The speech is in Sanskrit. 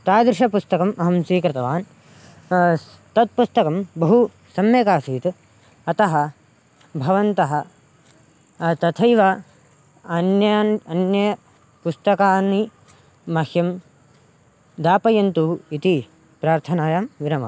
तादृशं पुस्तकम् अहं स्वीकृतवान् स् तत् पुस्तकं बहु सम्यगासीत् अतः भवन्तः तथैव अन्यान् अन्य पुस्तकानि मह्यं दापयन्तु इति प्रार्थनायां विरमामि